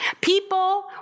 People